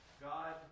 God